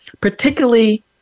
particularly